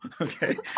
okay